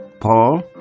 Paul